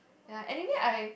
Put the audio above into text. ya anyway I